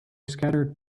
scattered